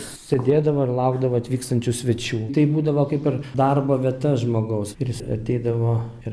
sėdėdavo ir laukdavo atvykstančių svečių tai būdavo kaip ir darbo vieta žmogaus ir jis ateidavo ir